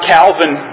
Calvin